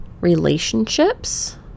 relationships